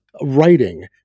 writing